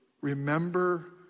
remember